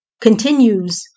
continues